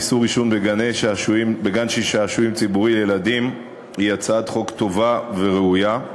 איסור עישון בגן-שעשועים ציבורי לילדים) היא הצעת חוק טובה וראויה.